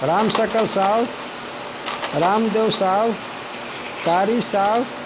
Ram Sakal Sahu Ramdev Sahu Kari Sahu